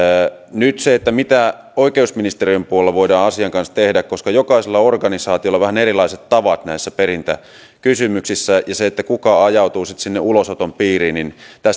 siitä mitä oikeusministeriön puolella voidaan asian kanssa tehdä koska jokaisella organisaatiolla on vähän erilaiset tavat näissä perintäkysymyksissä ja siinä kuka ajautuu sinne ulosoton piiriin